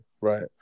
right